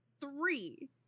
Three